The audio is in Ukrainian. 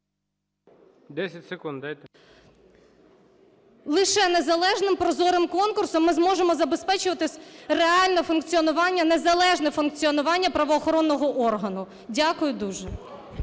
Лише незалежним прозорим конкурсом ми зможемо забезпечити реальне функціонування, незалежне функціонування правоохоронного органу. Дякую дуже.